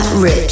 Rich